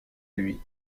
lui